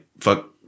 fuck